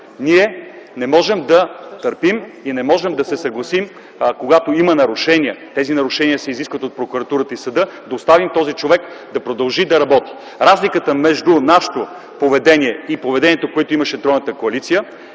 не можем да търпим и да се съгласим, когато има нарушения, а те се изискват от прокуратурата и съда, да оставим този човек да продължи да работи. Разликата между нашето и поведението, което имаше тройната коалиция,